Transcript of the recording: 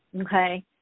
Okay